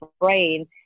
brain